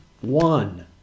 one